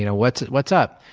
you know what's what's up?